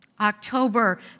October